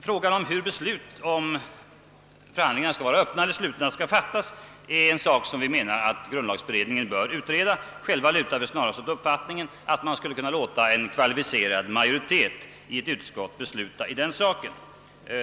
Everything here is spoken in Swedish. Frågan om hur ett beslut skall fattas om huruvida förhandlingarna skall vara öppna eller slutna bör utredas av grundlagberedningen; själva lutar vi snarast åt den uppfatiningen att man skulle kunna låta en kvalificerad majoritet i ett utskott besluta i saken.